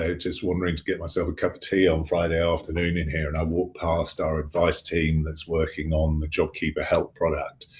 ah just wondering to get myself a cup of tea on friday afternoon in here, and i walked past our advice team that's working on the jobkeeper help product.